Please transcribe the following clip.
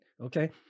Okay